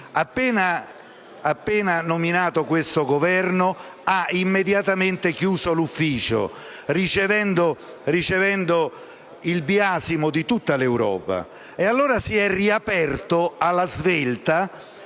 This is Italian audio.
Appena insediato, questo Governo ha immediatamente chiuso l'ufficio, ricevendo il biasimo di tutta l'Europa, ragion per cui è stato riaperto alla svelta